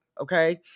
okay